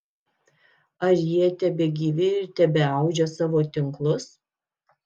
ar jie tebegyvi ir tebeaudžia savo tinklus